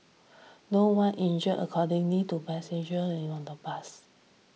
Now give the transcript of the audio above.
no one injured according to passenger on the bus